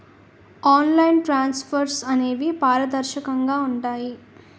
online transfers అనేవి పారదర్శకంగా ఉంటాయి